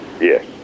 Yes